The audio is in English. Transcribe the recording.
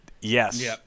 Yes